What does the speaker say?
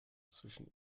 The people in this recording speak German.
zwischen